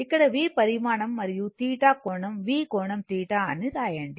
ఇక్కడ V పరిమాణం మరియు θ కోణం V కోణం θ అని వ్రాయండి